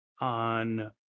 on